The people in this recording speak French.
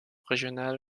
régional